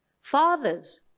Fathers